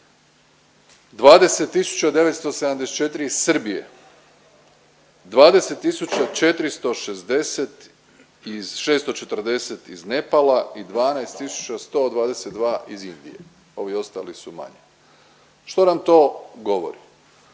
20.974 iz Srbije, 20.640 iz Nepala i 12.122 iz Indije, ovi ostali su manje. Što nam to govori?